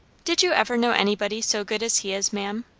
did you ever know anybody so good as he is, ma'am?